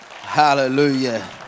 Hallelujah